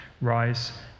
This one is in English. rise